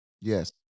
Yes